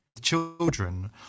children